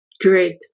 Great